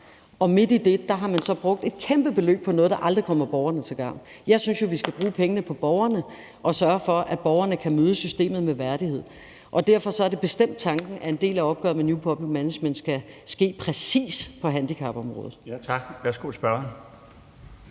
og midt i det har man så brugt et kæmpe beløb på noget, der aldrig kommer borgerne til gavn. Jeg synes jo, vi skal bruge pengene på borgerne og sørge for, at borgerne kan møde systemet med værdighed, og derfor er det bestemt tanken, at en del af opgøret med new public management præcis skal ske på handicapområdet. Kl. 18:18 Den fg.